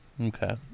Okay